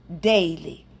daily